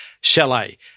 chalet